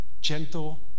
gentle